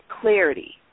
clarity